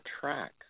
track